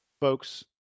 Folks